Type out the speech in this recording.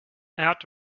out